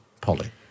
Polly